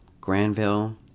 Granville